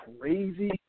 crazy